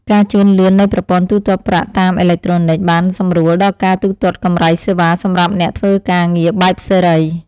ការជឿនលឿននៃប្រព័ន្ធទូទាត់ប្រាក់តាមអេឡិចត្រូនិកបានសម្រួលដល់ការទូទាត់កម្រៃសេវាសម្រាប់អ្នកធ្វើការងារបែបសេរី។